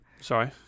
sorry